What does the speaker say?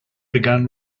began